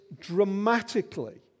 dramatically